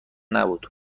نبود